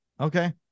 Okay